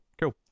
cool